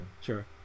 Sure